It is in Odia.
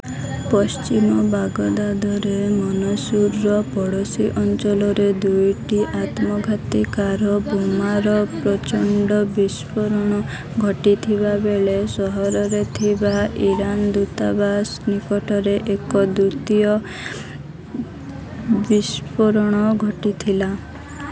ପଶ୍ଚିମ ବାଗଦାଦରେ ମନସୁର୍ର ପଡ଼ୋଶୀ ଅଞ୍ଚଳରେ ଦୁଇଟି ଆତ୍ମଘାତୀ କାର ବୋମାର ପ୍ରଚଣ୍ଡ ବିସ୍ଫୋରଣ ଘଟିଥିବାବେଳେ ସହରରେ ଥିବା ଇରାନ୍ ଦୂତାବାସ ନିକଟରେ ଏକ ଦ୍ଵିତୀୟ ବିସ୍ଫୋରଣ ଘଟିଥିଲା